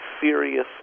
serious